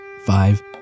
Five